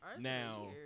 Now